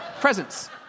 presents